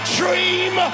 dream